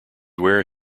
where